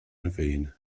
vain